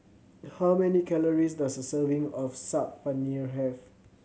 how many calories does a serving of Saag Paneer have